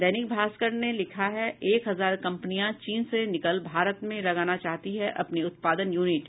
दैनिक भास्कर लिखता है एक हजार कंपनियां चीन से निकल भारत में लगाना चाहती हैं अपनी उत्पादन यूनिट